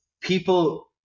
people